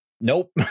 nope